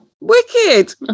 wicked